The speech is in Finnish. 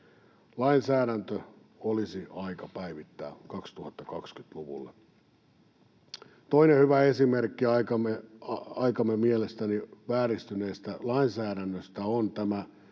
Lainsäädäntö olisi aika päivittää 2020-luvulle. Toinen hyvä esimerkki aikamme mielestäni vääristyneestä lainsäädännöstä on tämä,